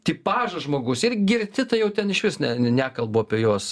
tipažas žmogaus ir girti tai jau ten išvis ne ne nekalbu apie juos